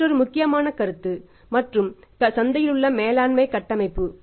எனவே மற்றொரு முக்கியமான கருத்து மற்றும் சந்தையிலுள்ள மேலாண்மை கட்டமைப்பு